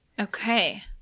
Okay